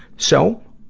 so,